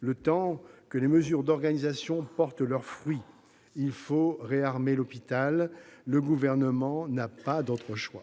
Le temps que les mesures d'organisation portent leurs fruits, il faut réarmer l'hôpital. Le Gouvernement n'a pas d'autre choix.